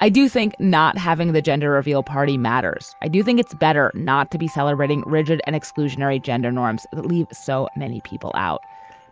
i do think not having the gender reveal party matters. i do think it's better not to be celebrating rigid and exclusionary gender norms that leave so many people out